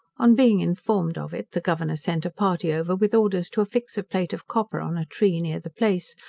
on being informed of it, the governor sent a party over with orders to affix a plate of copper on a tree near the place,